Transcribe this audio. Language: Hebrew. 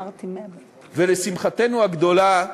ולשמחתנו הגדולה,